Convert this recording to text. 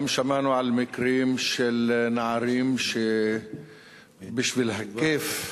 גם שמענו על מקרים של נערים שבשביל הכיף,